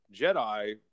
jedi